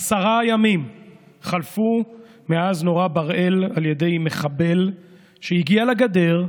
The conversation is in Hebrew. עשרה ימים חלפו מאז נורה בראל על ידי מחבל שהגיע לגדר,